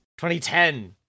2010